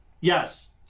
Yes